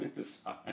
Sorry